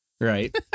right